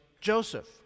Joseph